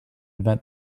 invent